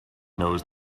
knows